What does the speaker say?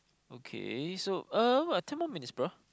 okay so uh !wah! ten more minutes bro